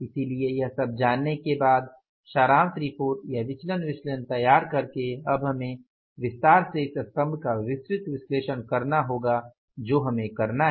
इसलिए यह सब जानने के बाद सारांश रिपोर्ट या विचलन विश्लेषण तैयार करके अब हमें विस्तार से इस स्तंभ का विस्तृत विश्लेषण करना होगा जो हमें करना है